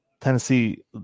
Tennessee